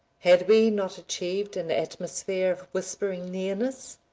had we not achieved an atmosphere of whispering nearness,